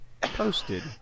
Posted